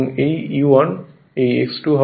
এই E1এই X2 হবে